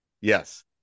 yes